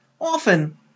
Often